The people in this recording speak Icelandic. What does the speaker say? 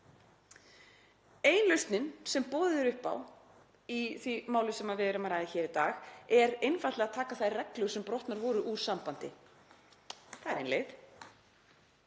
Ein lausnin sem boðið er upp á í því máli sem við erum að ræða hér í dag er einfaldlega að taka þær reglur sem brotnar voru úr sambandi. Það er ein leið.